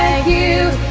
you